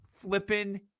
flipping